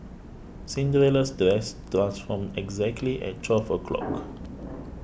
Cinderella's dress transformed exactly at twelve o' clock